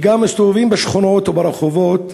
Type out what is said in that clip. וגם מסתובבים בשכונות וברחובות